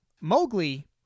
Mowgli